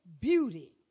Beauty